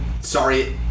sorry